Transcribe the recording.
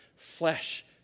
Flesh